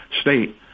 State